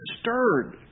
stirred